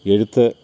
എഴുത്ത്